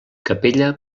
capella